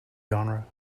genre